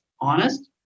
honest